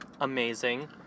Amazing